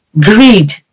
greed